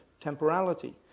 temporality